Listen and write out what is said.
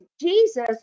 Jesus